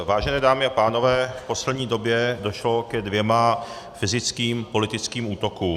Vážené dámy a pánové, v poslední době došlo ke dvěma fyzickým politickým útokům.